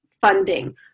funding